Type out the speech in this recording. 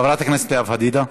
חברת הכנסת לאה פדידה.